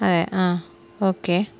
അതെ ആ ഓക്കെ